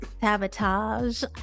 Sabotage